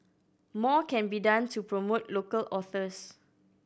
more can be done to promote local authors